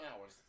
hours